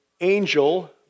angel